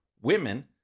women